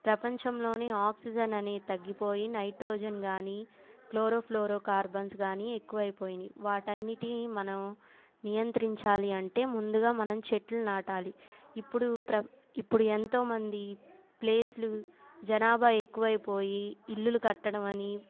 ప్రపంచంలోని ఆక్సిజన్ అనేది తగ్గిపోయి నైట్రోజన్ అనేది క్లోరోఫ్లోరో కార్బన్స్ కాని ఎక్కువైపోయాయి వాటన్నిటినీ మనం నియంత్రించాలి అంటే ముందుగా మనం చెట్లు నాటాలి ఇప్పుడు ఇప్పుడు ఎంతోమంది ప్లేస్లు జనాభా ఎక్కువైపోయి ఇల్లులు కట్టడం అని